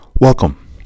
welcome